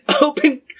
open